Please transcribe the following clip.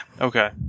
Okay